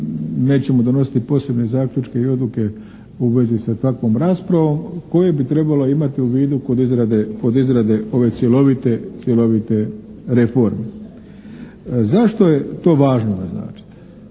nećemo donositi posebne zaključke i odluke u vezi sa takvom raspravom koje bi trebala imati u vidu kod izrade ove cjelovite reforme. Zašto je to važno naznačiti?